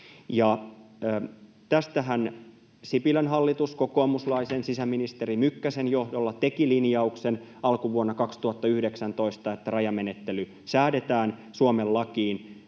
Tästähän Sipilän hallitus kokoomuslaisen sisäministeri Mykkäsen johdolla teki linjauksen alkuvuonna 2019, että rajamenettely säädetään Suomen lakiin